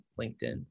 linkedin